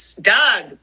Doug